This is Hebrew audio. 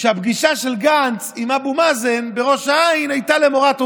שהפגישה של גנץ עם אבו מאזן בראש העין הייתה למורת רוחו.